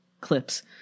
clips